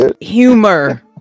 humor